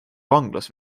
vanglas